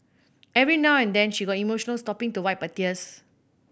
every now and then she got emotional stopping to wipe her tears